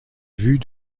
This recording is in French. vues